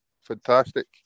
Fantastic